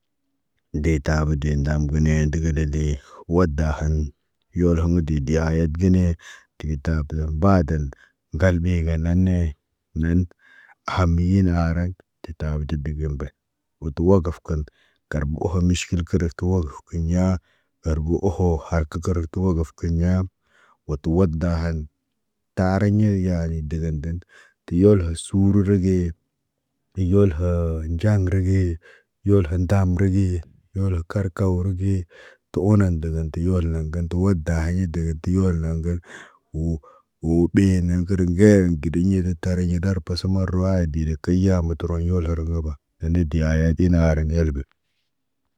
De tabo de ndam gə ne, dəgə de, wo dahan. Yoloŋg de dihayet gine, titako baadən, ŋgal ɓe ga na ne, nen. Hamiyena arak, tetabo tə digən be, wo tə wagaf kan, kar oho miʃkil kərəf kə wagaf. Kiɲa ŋgar bu oho harakə kərə tə wogof, kiɲa wo tə wada han, tariɲe yeni dəgən dən. Ti yohol sururu ge, iyol həə nɟaŋg ri ge, yolhan ndamri ge, yolo karkaw rə ge, tə onan dəgən tiyol naŋgən tu wada hiɲe dəgən ti yol naŋgən, woo. Woo ɓee nan kadəm ŋger gədiɲ ɲa rətariɲa ɗar pasa marawaayit direk keya motoroɲol hara ŋgaba, ene deyayetin hara helbe.